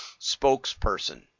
spokesperson